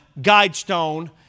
guidestone